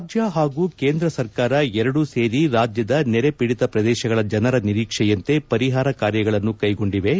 ರಾಜ್ಯ ಹಾಗೂ ಕೇಂದ್ರ ಸರ್ಕಾರ ಎರಡೂ ಸೇರಿ ರಾಜ್ಯದ ನೆರೆ ಪೀಡಿತ ಪ್ರದೇಶಗಳ ಜನರ ನಿರೀಕ್ಷೆಯಂತೆ ಪರಿಹಾರ ಕಾರ್ಯಗಳನ್ನು ಕೈಗೊಂಡಿವೆ